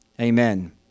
Amen